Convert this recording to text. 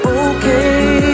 okay